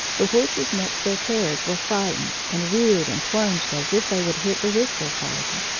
the horses next their carriage were frightened, and reared and plunged as if they would hit the whistler party.